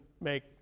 make